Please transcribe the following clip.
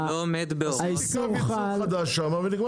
עשיתי קו יצור חדש שמה ונגמר